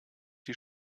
die